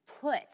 put